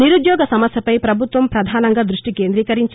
నిరుద్యోగ సమస్యపై ప్రభుత్వం ప్రధానంగా దృష్టి కేంద్రీకరించి